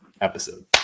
episode